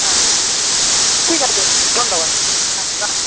হ্যাঁ হ্যাঁ হ্যাঁ ঠিক আছে ধন্যবাদ হ্যাঁ রাখছি